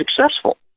successful